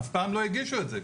אף פעם לא הגישו את זה,